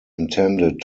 intended